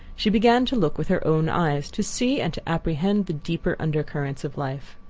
she began to look with her own eyes to see and to apprehend the deeper undercurrents of life.